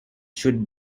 should